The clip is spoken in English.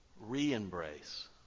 re-embrace